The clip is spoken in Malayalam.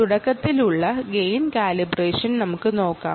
തുടക്കത്തിലുള്ള ഗെയിൻ കാലിബ്രേഷൻ നമുക്ക് നോക്കാം